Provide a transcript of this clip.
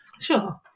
Sure